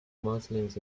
muslims